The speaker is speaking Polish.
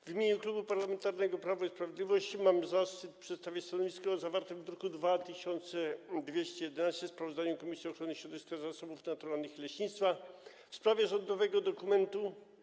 W imieniu Klubu Parlamentarnego Prawo i Sprawiedliwość mam zaszczyt przedstawić stanowisko wobec zawartego w druku nr 2211 sprawozdania Komisji Ochrony Środowiska, Zasobów Naturalnych i Leśnictwa w sprawie rządowego dokumentu: